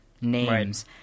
names